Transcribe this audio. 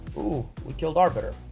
ooh, we killed arbiter.